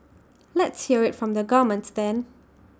let's hear IT from the governments then